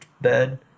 bed